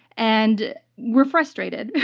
and we're frustrated.